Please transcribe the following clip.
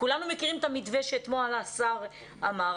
כולנו מכירים את המתווה שאתמול השר אמר,